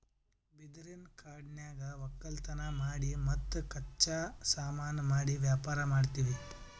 ಬಿದಿರಿನ್ ಕಾಡನ್ಯಾಗ್ ವಕ್ಕಲತನ್ ಮಾಡಿ ಮತ್ತ್ ಕಚ್ಚಾ ಸಾಮಾನು ಮಾಡಿ ವ್ಯಾಪಾರ್ ಮಾಡ್ತೀವಿ